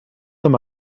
them